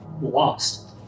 lost